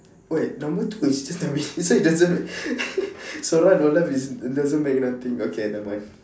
wait number two is just that we you said it doesn't it's alright your life is doesn't make nothing okay never mind